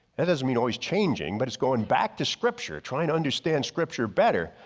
that doesn't mean always changing but it's going back to scripture trying to understand scripture better,